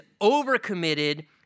overcommitted